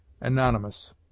Anonymous